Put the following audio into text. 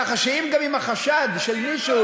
כך שאם גם יש חשד של מישהו,